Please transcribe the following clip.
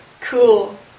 Cool